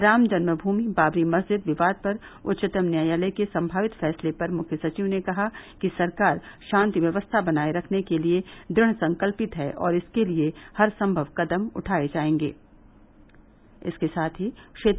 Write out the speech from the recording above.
राम जन्म भूमि बाबरी मस्जिद विवाद पर उच्चतम न्यायालय के सम्मावित फैसले पर मुख्य सचिव ने कहा कि सरकार शान्ति व्यवस्था बनाये रखने के लिये दृढ़ संकल्पित है और इसके लिये हरसम्भव कदम उठाये जायेंगे